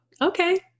okay